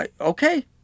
Okay